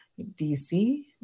DC